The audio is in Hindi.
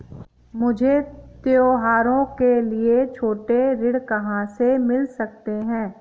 मुझे त्योहारों के लिए छोटे ऋण कहाँ से मिल सकते हैं?